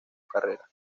carrera